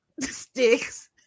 sticks